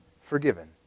forgiven